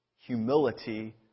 Humility